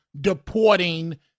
deporting